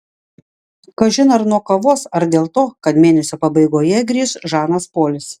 kažin ar nuo kavos ar dėl to kad mėnesio pabaigoje grįš žanas polis